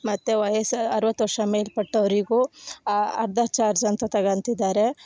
ಮತ್ತು ವಯಸ್ಸು ಅರವತ್ತು ವರ್ಷ ಮೇಲ್ಪಟ್ಟವರಿಗೂ ಅರ್ಧ ಚಾರ್ಜ್ ಅಂತ ತಗೋತಿದ್ದಾರೆ